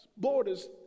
borders